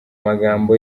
magambo